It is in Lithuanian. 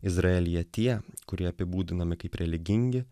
izraelyje tie kurie apibūdinami kaip religingi